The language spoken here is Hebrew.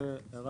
זו הערה